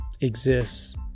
exists